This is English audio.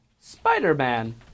Spider-Man